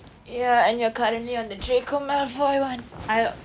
ya and you are currently on the draco malfoy [one]